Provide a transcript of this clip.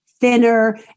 thinner